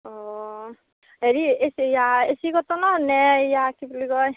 অ' হেৰি এই এইয়া এ চি কটনৰ নে এইয়া কি বুলি কয়